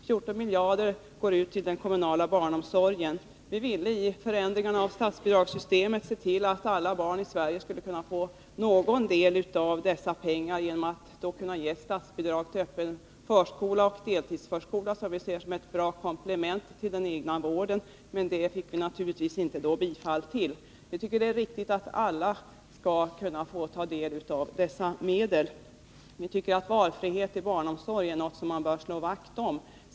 14 miljarder går ut till den kommunala barnomsorgen. Vi ville i förändringarna av statsbidragssystemet se till att alla barn i Sverige skulle kunna få någon del av dessa pengar, genom att statsbidrag ges till öppen förskola och deltidsförskola, som vi ser som bra komplement till den egna vården. Det förslaget fick vi naturligtvis inte bifall för. Vi tycker att det är riktigt att alla skall kunna få ta del av dessa medel. Vi tycker att valfrihet i barnomsorgen är något som man bör slå vakt om.